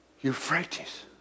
euphrates